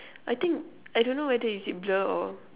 I think I don't know whether is it blur or